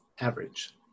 Average